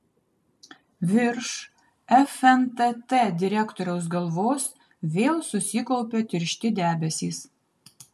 virš fntt direktoriaus galvos vėl susikaupė tiršti debesys